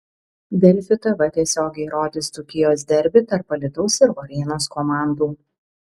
delfi tv tiesiogiai rodys dzūkijos derbį tarp alytaus ir varėnos komandų